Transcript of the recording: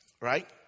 Right